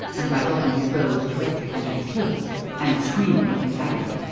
and by dropping his bowls directly onto his toes and screaming in agony.